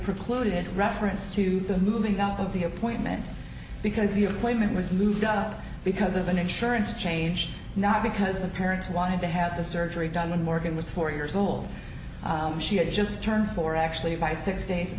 precluded reference to the moving out of the appointment because you claim it was moved up because of an insurance change not because the parents wanted to have the surgery done when morgan was four years old she had just turned four actually by six days at